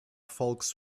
folks